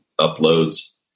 uploads